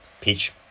peach